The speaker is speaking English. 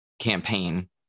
campaign